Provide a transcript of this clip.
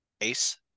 Ace